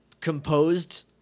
composed